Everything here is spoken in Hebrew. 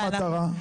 מה המטרה?